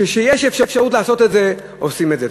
כשיש אפשרות לעשות את זה עושים את זה.